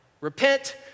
Repent